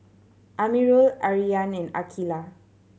Amirul Aryan and Aqeelah